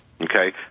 okay